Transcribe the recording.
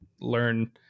Learn